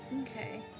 Okay